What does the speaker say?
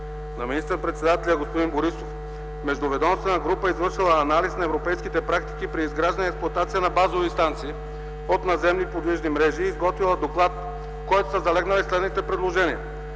на министър-председателя господин Борисов междуведомствена група е извършила анализ на европейските практики при изграждане и експлоатация на базови станции от наземни подвижни мрежи и е изготвила доклад, в който са залегнали следните предложения: